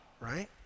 right